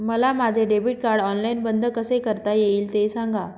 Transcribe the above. मला माझे debit card online बंद कसे करता येईल, ते सांगा